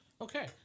Okay